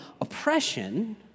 oppression